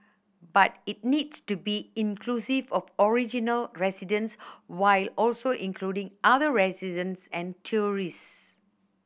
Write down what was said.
but it needs to be inclusive of original residents while also including other residents and tourists